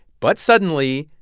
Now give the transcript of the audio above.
but suddenly,